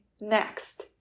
next